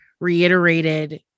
Reiterated